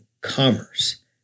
commerce